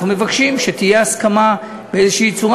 אנחנו מבקשים שתהיה הסכמה באיזו צורה,